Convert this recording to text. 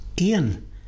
Ian